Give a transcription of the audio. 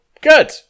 Good